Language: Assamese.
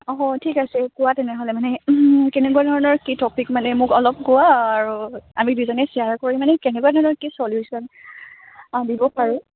অঁ ঠিক আছে কোৱা তেনেহ'লে মানে কেনেকুৱা ধৰণৰ কি টপিক মানে মোক অলপ কোৱা আৰু আমি দুজনীয়ে শ্বেয়াৰ কৰি মানে কেনেকুৱা ধৰণৰ কি চলিউশ্ব্য়ন দিব পাৰোঁ